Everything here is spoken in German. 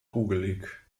kugelig